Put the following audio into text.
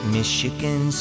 Michigan